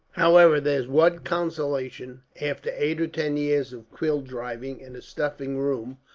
however, there's one consolation. after eight or ten years of quill driving in a stuffy room,